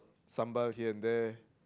sambal here and there